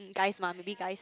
guys mah maybe guys